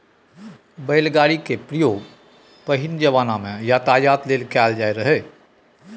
बैलगाड़ी केर प्रयोग पहिल जमाना मे यातायात लेल कएल जाएत रहय